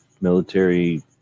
military